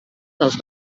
dels